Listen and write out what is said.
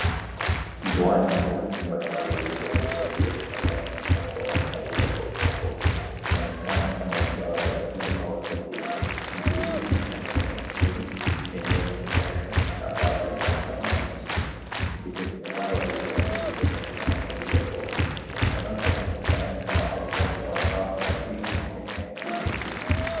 Juani kuna vitu mbalimbali vilivyopangwa juu ya kitambaa chenye muundo wa rangi tofauti tofauti. Inaonekana ni kama ni dawa za asili au za kienyeji. Vitu hivyo ni pamoja na mizizi, mimea iliyokaushwa na baadhi ya matunda mabichi. Vitu vimepangwa vizuri vikiwa katika mafungu tofauti. Eneo lote linaonekana ni kama uuzaji wa dawa za asili au mimea ya kienyeji.